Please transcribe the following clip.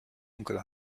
onkel